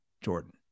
Jordan